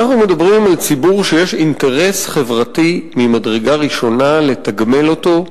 אנחנו מדברים על ציבור שיש אינטרס חברתי ממדרגה ראשונה לתגמל אותו,